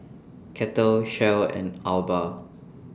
Kettle Shell and Alba